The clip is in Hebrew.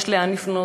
יש לאן לפנות.